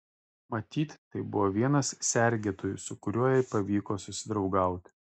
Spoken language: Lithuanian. matyt tai buvo vienas sergėtojų su kuriuo jai pavyko susidraugauti